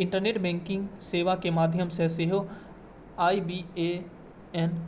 internet banking सेवा के माध्यम सं सेहो आई.बी.ए.एन